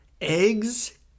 Eggs